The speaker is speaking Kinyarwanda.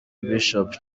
bishop